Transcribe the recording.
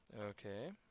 Okay